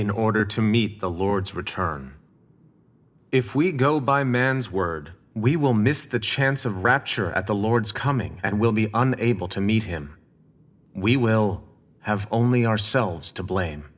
in order to meet the lord's return if we go by man's word we will miss the chance of rapture at the lord's coming and will be unable to meet him we will have only ourselves to blame